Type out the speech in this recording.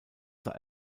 sah